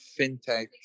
fintech